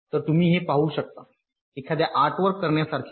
तर तुम्ही हे पाहू शकता एखाद्या आर्टवर्क करण्यासारखे